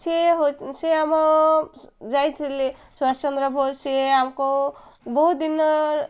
ସିଏ ସିଏ ଆମ ଯାଇଥିଲେ ସୁଭାଷ ଚନ୍ଦ୍ର ବୋଷ ସିଏ ଆମକୁ ବହୁତ ଦିନ